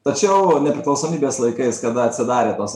tačiau nepriklausomybės laikais kada atsidarė tos